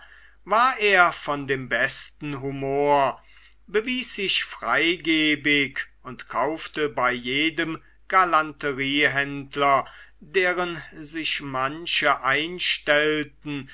war er von dem besten humor bewies sich freigebig und kaufte bei jedem galanteriehändler deren sich manche einstellten